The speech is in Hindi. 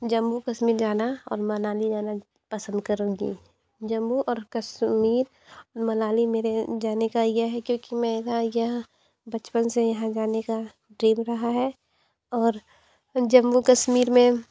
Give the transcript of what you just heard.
जम्मू कश्मीर जाना और मनाली जाना पसंद करूँगी जम्मू और कश्मीर मनाली मेरे जाने का यह है क्योंकि मेरा यह बचपन से यहाँ जाने का ड्रीम रहा है और जम्मू कश्मीर में